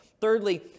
Thirdly